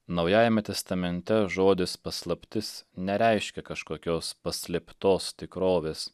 naujajame testamente žodis paslaptis nereiškia kažkokios paslėptos tikrovės